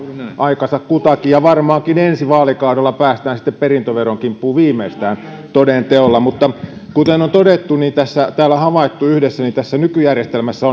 aikansa kutakin ja varmaankin ensi vaalikaudella päästään sitten perintöveron kimppuun viimeistään toden teolla kuten on todettu ja täällä havaittu yhdessä tässä nykyjärjestelmässä